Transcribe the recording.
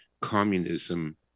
communism